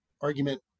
argument